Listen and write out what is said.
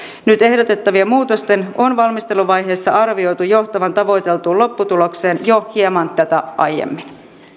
nyt ehdotettavien muutosten on valmisteluvaiheessa arvioitu johtavan tavoiteltuun lopputulokseen jo hieman tätä aiemmin